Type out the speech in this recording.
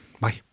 Bye